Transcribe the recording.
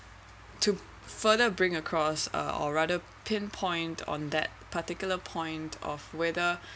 to further bring across uh or rather pinpoint on that particular point of whether